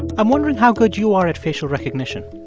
i'm wondering how good you are at facial recognition?